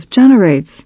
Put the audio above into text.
generates